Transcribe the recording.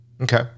Okay